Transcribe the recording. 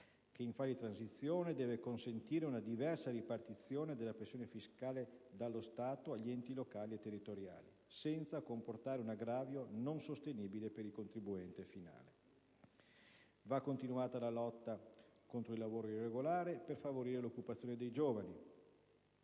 che in fase di transizione deve consentire una diversa ripartizione della pressione fiscale dallo Stato agli enti locali e territoriali, senza comportare un aggravio non sostenibile per il contribuente finale. Va continuata la lotta contro il lavoro irregolare per favorire l'occupazione dei giovani.